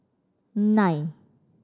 nine